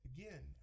Again